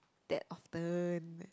that often